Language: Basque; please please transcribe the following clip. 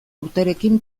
urterekin